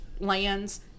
lands